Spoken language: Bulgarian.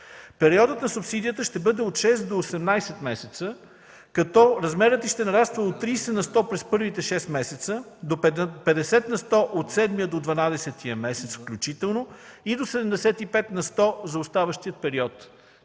Периодът на субсидията ще бъде от 6 до 18 месеца, като размерът й ще нараства от 30 на сто през първите 6 месеца, до 50 на сто от 7-ия до 12-ия месец включително и до 75 на сто за оставащия период.